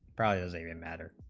prodded as a matter